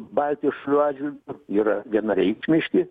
baltijos šalių atžvilgiu yra vienareikšmiški